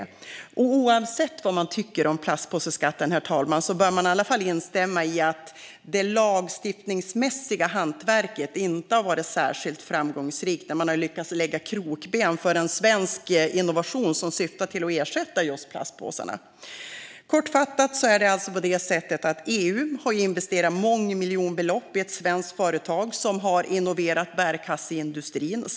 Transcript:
Oavsett vad man tycker om plastpåseskatten bör man i varje fall instämma i att det lagstiftningsmässiga hantverket inte har varit särskilt framgångsrikt när man har lyckats lägga krokben för en svensk innovation som syftar till att ersätta just plastpåsarna. Kortfattat är det på det sättet att EU har investerat mångmiljonbelopp i ett svenskt företag som har innoverat bärkasseindustrin.